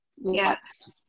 Yes